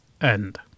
end